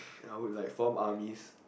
I would like form armies